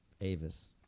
Avis